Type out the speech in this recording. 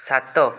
ସାତ